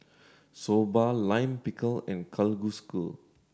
Soba Lime Pickle and Kalguksu